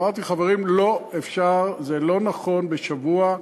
אמרתי: חברים, זה לא נכון, שבוע.